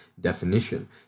definition